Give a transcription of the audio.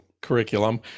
curriculum